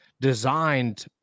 designed